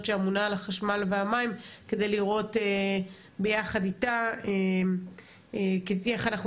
שאמונה על החשמל והמים כדי לראות ביחד איתה איך אנחנו